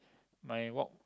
my walk